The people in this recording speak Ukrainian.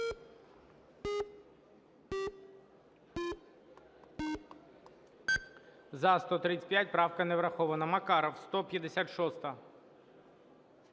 За-135 Правка не врахована. Макаров, 156-а.